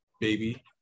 baby